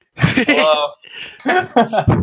Hello